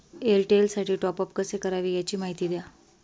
एअरटेलसाठी टॉपअप कसे करावे? याची माहिती द्या